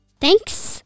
Thanks